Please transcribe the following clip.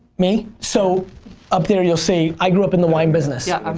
me? so up there you'll see i grew up in the wine business. yeah, um